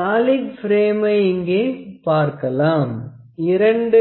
solid பிரேமை இங்கே பார்க்கலாம் இரண்டு